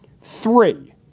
three